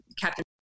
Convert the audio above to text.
Captain